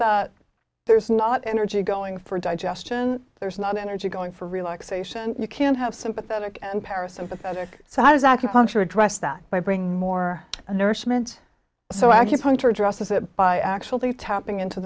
there's not energy going for digestion there's not energy going for relaxation you can have sympathetic and parasympathetic so how does acupuncture address that by bringing more nourishment so acupuncture addresses it by actually tapping into